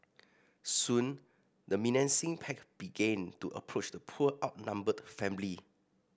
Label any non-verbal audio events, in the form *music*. soon the menacing pack began to *noise* approach the poor outnumbered family